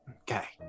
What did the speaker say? Okay